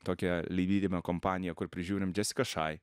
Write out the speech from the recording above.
tokią leidybinę kompaniją kur prižiūrim džesiką šai